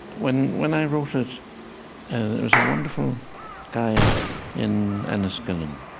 when when i wrote it, and there was a wonderful guy in enniskillen